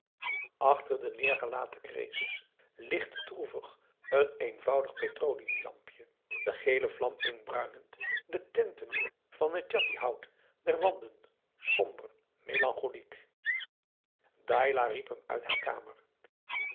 achter de neergelaten krees lichtte droevig een eenvoudig petroleumlampje de gele vlam inbruinend de tinten van het djatihout der wanden somber melancholiek dailah riep hem uit haar kamer